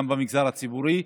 גם במגזר הציבורי,